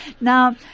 Now